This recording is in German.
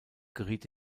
geriet